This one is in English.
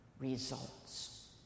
results